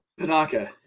Panaka